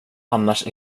annars